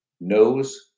knows